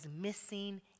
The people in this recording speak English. missing